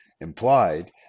implied